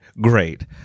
Great